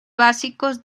básicos